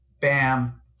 Bam